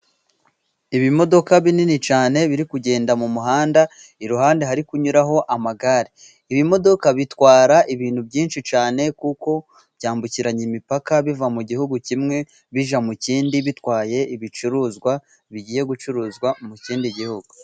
Ibimodoka binini cyane biri kugenda mu muhanda. Iruhande hari kunyuraho amagare. Ibimodoka bitwara ibintu byinshi cyane, kuko byambukiranya imipaka biva mu gihugu kimwe bijya mu kindi, bitwaye ibicuruzwa bigiye gucuruzwa mu kindi gihugu.